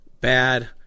bad